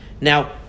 Now